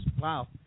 Wow